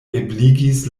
ebligis